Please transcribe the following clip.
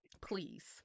please